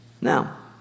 Now